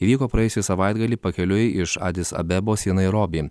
įvyko praėjusį savaitgalį pakeliui iš adis abebos į nairobį